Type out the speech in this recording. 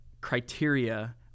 criteria